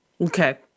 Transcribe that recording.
Okay